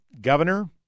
governor